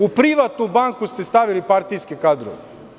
U privatnu banku ste stavili partijske kadrove.